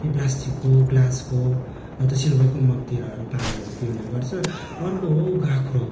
त्यही प्लास्टिकको ग्लासको न त सिल्भरको मगतिरहरू पानीहरू पिउने गर्छ अर्को हो गाग्रो